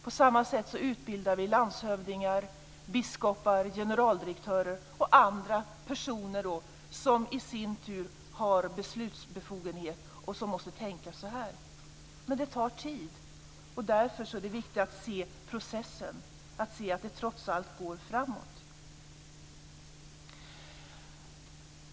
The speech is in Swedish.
På samma sätt utbildar vi landshövdingar, biskopar, generaldirektörer och andra personer som i sin tur har beslutsbefogenhet och måste tänka så här. Men det här tar tid. Därför är det viktigt att se processen, att se att det trots allt går framåt.